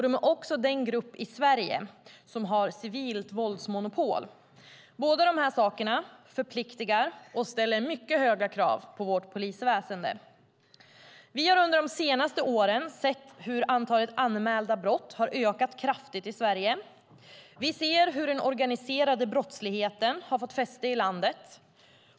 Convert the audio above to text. Det är också den grupp i Sverige som har civilt våldsmonopol. Båda dessa saker förpliktar och ställer mycket höga krav på vårt polisväsen. Vi har under de senaste åren sett hur antalet anmälda brott har ökat kraftigt i Sverige. Vi ser hur den organiserade brottsligheten har fått fäste i landet.